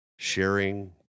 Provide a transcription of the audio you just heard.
Sharing